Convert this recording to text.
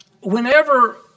whenever